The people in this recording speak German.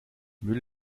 müll